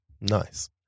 Nice